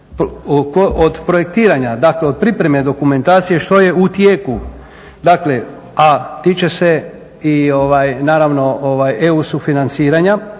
od projektiranja, dakle od pripreme dokumentacija što je u tijeku, dakle a tiče se i naravno EU sufinanciranja,